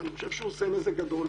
כי אני חושב שהוא עושה נזק גדול.